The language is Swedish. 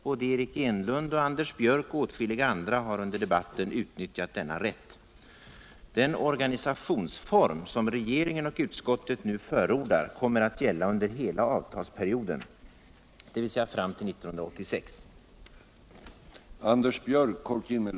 Både Eric Enlund och Anders Björck och åtskilliga andra har under debatten utnyttjat denna rätt. Den organisationsform som regeringen och utskottet nu förordar kommer att gälla under hela avtalsperioden, dvs. fram till 1986.